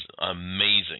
amazing